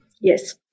Yes